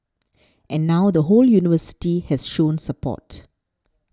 and now the whole university has shown support